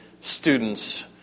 students